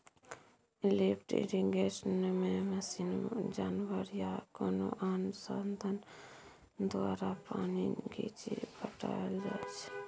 lift इरिगेशनमे machine, जानबर या कोनो आन साधंश द्वारा पानि घीचि पटाएल जाइ छै